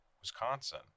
Wisconsin